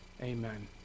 Amen